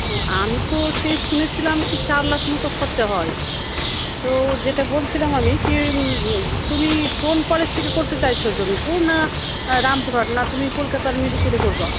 ও আমি তো সেই শুনেছিলাম কি চার লাখ মত খরচা হয় তো যেটা বলছিলাম আমি কী তুমি কোন কলেজ থেকে করতে চাইছো জমীপুর না রামপুরহাট না তুমি কলকাতার মেডিকেলে কোরবা